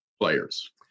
players